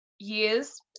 years